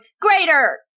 greater